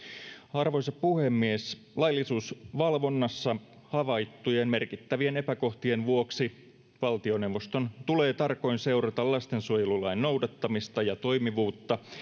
arvoisa puhemies laillisuusvalvonnassa havaittujen merkittävien epäkohtien vuoksi valtioneuvoston tulee tarkoin seurata lastensuojelulain noudattamista ja toimivuutta